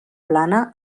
plana